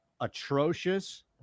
atrocious